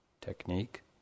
technique